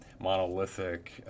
monolithic